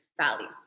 value